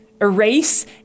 erase